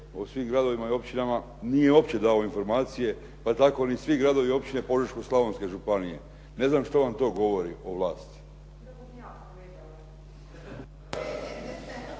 u svim gradovima i općinama nije uopće dao informacije, pa tako ni svi gradovi i općine Požeško-slavonske županije. Ne znam što vam to govori o vlasti.